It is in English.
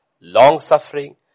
long-suffering